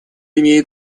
имеет